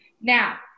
Now